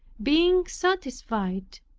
being satisfied,